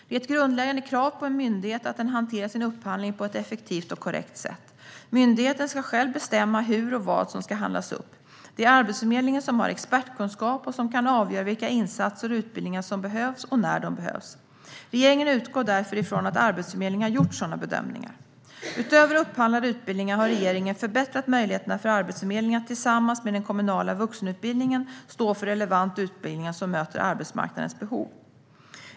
Det är ett grundläggande krav på en myndighet att den hanterar sin upphandling på ett effektivt och korrekt sätt. Myndigheten ska själv bestämma hur och vad som ska handlas upp. Det är Arbetsförmedlingen som har expertkunskap och som kan avgöra vilka insatser och utbildningar som behövs och när de behövs. Regeringen utgår därför från att Arbetsförmedlingen har gjort sådana bedömningar. Utöver upphandlade utbildningar har regeringen förbättrat möjligheterna för Arbetsförmedlingen att tillsammans med den kommunala vuxenutbildningen stå för relevant utbildning som möter arbetsmarknadens behov.